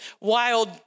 wild